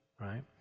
right